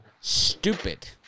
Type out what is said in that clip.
Stupid